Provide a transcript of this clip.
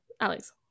alex